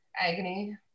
agony